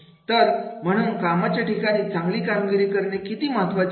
तर म्हणून कामाच्या ठिकाणी चांगली कामगिरी करणे किती महत्त्वाचा आहे